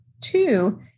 two